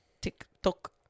TikTok